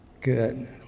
Good